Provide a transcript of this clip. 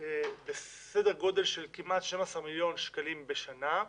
בסדר גודל של כמעט 12 מיליון שקלים בשנה,